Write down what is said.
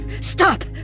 Stop